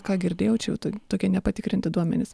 ką girdėjau čia jau to tokie nepatikrinti duomenys